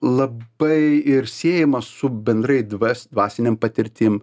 labai ir siejama su bendrai dvas dvasinėm patirtim